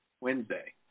Wednesday